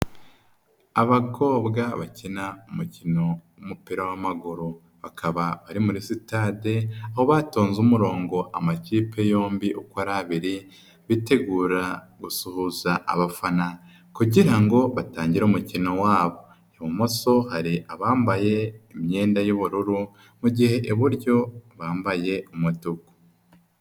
Abakobwa bakina umukino w'umupira w'amaguru bakaba ari muri sitade aho batonze umurongo amakipe yombi uko ari abiri bitegura gusuhuza abafana kugira ngo batangire umukino wabo, ibumoso hari abambaye imyenda y'ubururu mu gihe iburyo bambaye umutuku.